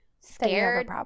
scared